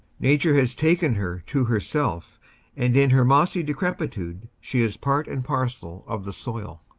nature has taken her to herself and in her mossy decrepitude she is part and parcel of the soil.